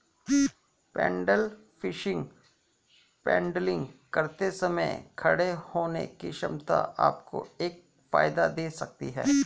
pedal fishing paddling करते समय खड़े होने की क्षमता आपको एक फायदा दे सकती है